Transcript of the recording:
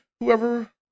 whoever